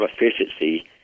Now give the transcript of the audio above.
efficiency